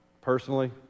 Personally